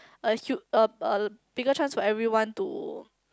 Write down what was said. a huge a a bigger chance for everyone to